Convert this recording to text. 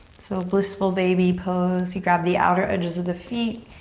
so blissful baby pose. you grab the outer edges of the feet,